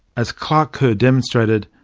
as clark kerr demonstrated,